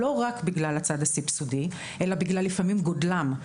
לא רק בגלל הצד הסבסודי אלא לפעמים בגלל גודלם.